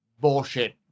bullshit